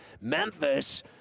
Memphis